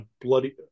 bloody